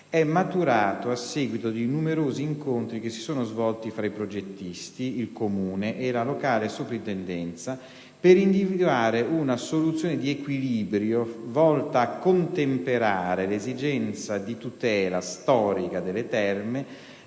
è maturato a seguito di numerosi incontri che si sono svolti tra i progettisti, il Comune e la locale sovrintendenza per individuare una soluzione di equilibrio volta a contemperare l'esigenza di tutela storica delle terme